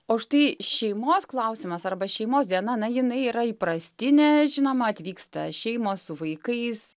o štai šeimos klausimas arba šeimos diena na jinai yra įprastinė žinoma atvyksta šeimos su vaikais